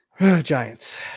Giants